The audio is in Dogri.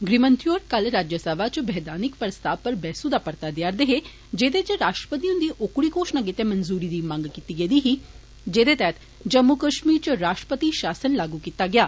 गृहमंत्री होर कल राज्यसभा च वैधानिक प्रस्ताव पर मुख्तर बैहसू दा परता देआरदे हे जेदे च राश्ट्रपति हुन्दी ओकड़ी घोशणा गितै मंजूरी दी मंग कीती गेदी ही जेदे तैहत जम्मू कष्मीर च राश्ट्रपति षासन लागू कीता गेआ